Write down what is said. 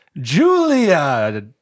Julia